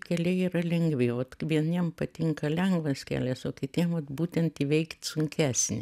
keliai yra lengvi ot vieniem patinka lengvas kelias o kitiem vat būtent įveikt sunkesnį